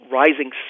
rising